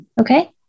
Okay